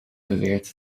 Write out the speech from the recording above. beweert